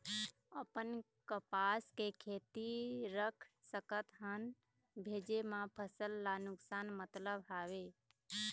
अपन कपास के खेती रख सकत हन भेजे मा फसल ला नुकसान मतलब हावे?